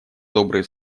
добрые